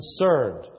concerned